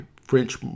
French